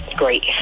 Great